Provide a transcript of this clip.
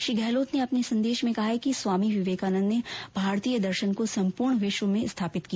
श्री गहलोत ने अपने संदेश में कहा है कि स्वामी विवेकानन्द ने भारतीय दर्शन को सम्पूर्ण विश्व में स्थापित किया